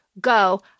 go